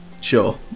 Sure